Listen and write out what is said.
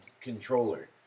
controller